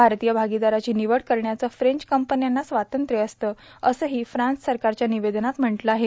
भारतीय भागीदाराची निवड करण्याचं फ्रेंच कंपन्यांना स्वातंत्र्य असतं असंही फ्रान्स सरकारच्या निवेदनात म्हटलं आहे